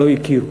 שלא הכירו.